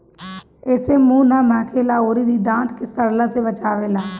एसे मुंह ना महके ला अउरी इ दांत के सड़ला से बचावेला